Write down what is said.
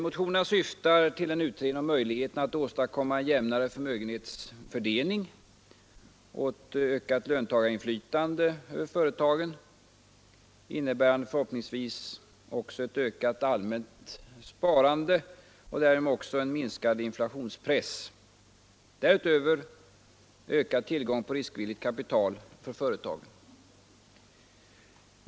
Motionerna syftar till en utredning om möjligheterna att åstadkomma en jämnare förmögenhetsfördelning och ett ökat löntagarinflytande över företagen, innebärande förhoppningsvis även ett ökat allmänt sparande och därigenom också en minskad inflationspress samt därutöver ökad tillgång på riskvilligt kapital för företagen.